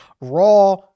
raw